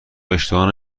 اشتباه